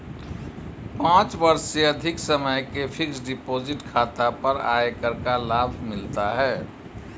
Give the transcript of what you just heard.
पाँच वर्ष से अधिक समय के फ़िक्स्ड डिपॉज़िट खाता पर आयकर का लाभ मिलता है